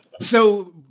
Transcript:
So-